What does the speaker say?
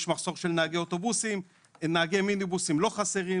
יש מחסור בנהגי אוטובוסים נהגי מיניבוסים לא חסרים,